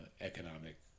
economic